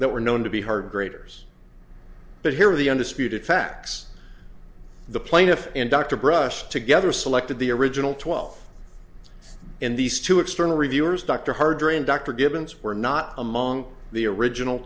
that were known to be hard graders but here are the undisputed facts the plaintiff and dr brush together selected the original twelve and these two external reviewers dr harder and dr givens were not among the original